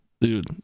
dude